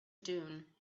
dune